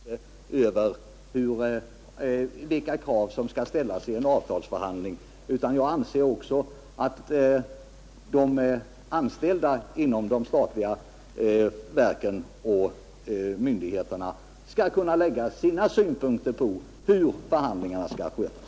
Herr talman! Skillnaden mellan herr Mattsson i Skee och mig torde vara att jag inte anser att det är enbart arbetsgivaren som skall ha inflytande över vilka krav som skall ställas i en avtalsförhandling. Jag anser att även de anställda inom de statliga verken och myndigheterna skall kunna lägga sina synpunkter på hur förhandlingarna skall skötas.